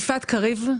יפעת קריב,